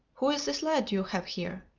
who is this lad you have here?